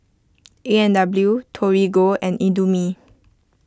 A and W Torigo and Indomie